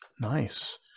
Nice